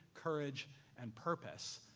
courage and purpose.